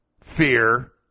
fear